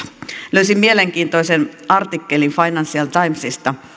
löysin mielenkiintoisen artikkelin financial timesista